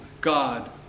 God